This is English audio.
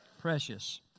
Precious